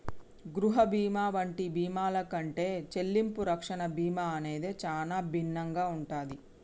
గృహ బీమా వంటి బీమాల కంటే చెల్లింపు రక్షణ బీమా అనేది చానా భిన్నంగా ఉంటాది